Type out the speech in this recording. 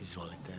Izvolite.